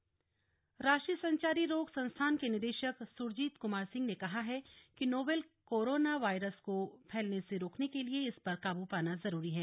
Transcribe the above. corona virus राष्ट्रीय संचारी रोग संस्थान के निदेशक सुरजीत कुमार सिंह ने कहा है कि नोवेल कोरोना वायरस को फैलने से रोकने के लिए इस पर काबू पाना जरूरी है